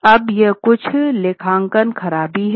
अब ये कुछ लेखांकन खराबी हैं